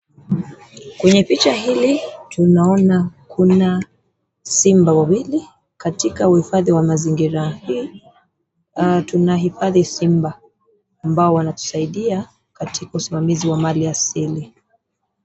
Kwenye picha hili tunaona kuna simba wawili. Katika uhifadhi wa mazingira hii, tunahifadhi simba ambao wanatusaidia katika uhifadhi wa mali asili.